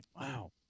Wow